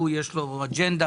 יש לו אג'נדה,